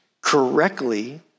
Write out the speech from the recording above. correctly